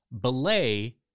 Belay